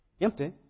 empty